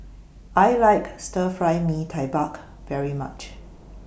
I like Stir Fry Mee Tai Mak very much